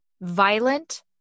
violent